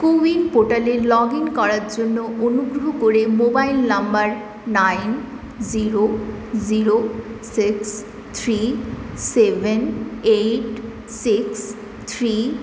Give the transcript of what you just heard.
CoWIN পোর্টালে log in করার জন্য অনুগ্রহ করে mobile number nine zero zero six three seven eight six three